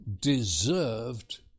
deserved